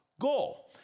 goal